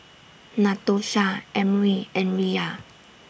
Natosha Emry and Riya